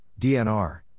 DNR